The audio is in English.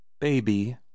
Baby